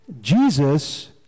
Jesus